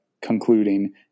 concluding